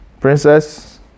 Princess